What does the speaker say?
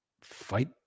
fight